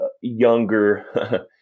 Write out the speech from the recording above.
younger